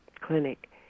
Clinic